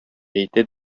әйтә